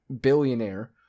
billionaire